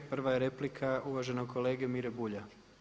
Prva je replika uvaženog kolege Mire Bulja.